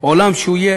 שיהיה